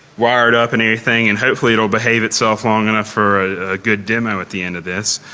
wired up and everything. and hopefully it will behave itself long enough for a good demo at the end of this.